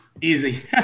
Easy